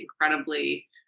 incredibly